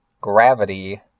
gravity